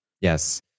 Yes